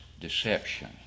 deception